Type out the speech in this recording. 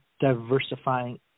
diversifying